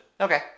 okay